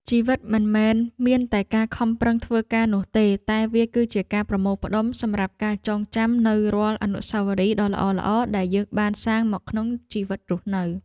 ជីវិតមិនមែនមានតែការខំប្រឹងធ្វើការនោះទេតែវាគឺជាការប្រមូលផ្ដុំសម្រាប់ការចងចាំនូវរាល់អនុស្សាវរីយ៍ដ៏ល្អៗដែលយើងបានសាងមកក្នុងជីវិតរស់នៅ។